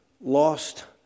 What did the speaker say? lost